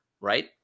right